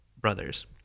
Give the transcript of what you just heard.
brothers